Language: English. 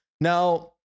Now